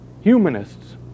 humanists